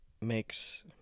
makes